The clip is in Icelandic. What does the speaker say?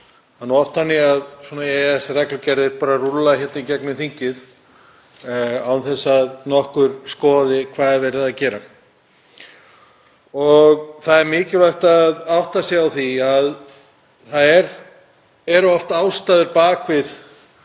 Það er oft þannig að EES-reglugerðir rúlla hérna í gegnum þingið án þess að nokkur skoði hvað verið er að gera. Það er mikilvægt að átta sig á því að það eru oft ástæður á bak við